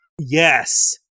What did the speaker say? Yes